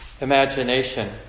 imagination